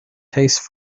tastes